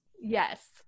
Yes